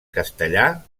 castellà